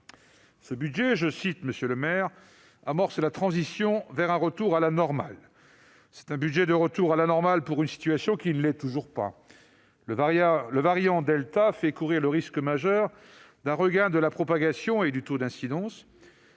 Je cite M. Le Maire :« Ce budget amorce la transition vers un retour à la normale. » C'est un budget de retour à la normale pour une situation qui ne l'est toujours pas : le variant delta fait courir le risque majeur d'un regain de la propagation et du taux d'incidence.